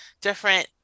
different